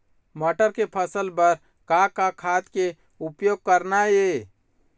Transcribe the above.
मटर के फसल बर का का खाद के उपयोग करना ये?